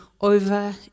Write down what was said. over